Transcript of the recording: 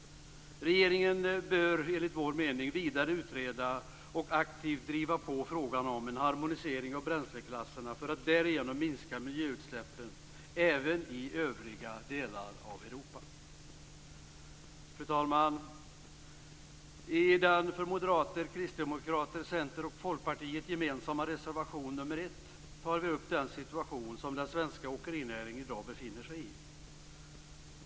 Regeringen bör, enligt vår mening, vidare utreda och aktivt driva på frågan om en harmonisering av bränsleklasserna för att därigenom minska miljöutsläppen även i övriga delar av Europa. Fru talman! I den för moderater, kristdemokrater, centerpartister och folkpartister gemensamma reservationen nr 1 tar vi upp den situation som den svenska åkerinäringen i dag befinner sig i.